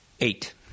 Eight